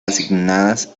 asignadas